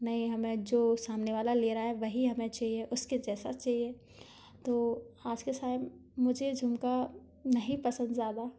नहीं हमें जो सामने वाला ले रहा है वही हमें चाहिए उसके जैसा चाहिए तो आज के समय मुझे झुमका नहीं पसंद ज़्यादा